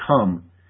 come